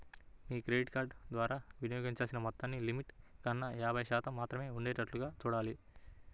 మీ credit card ద్వారా వినియోగించాల్సిన మొత్తాన్ని లిమిట్ కన్నా యాభై శాతం మాత్రమే ఉండేటట్లుగా చూడాలి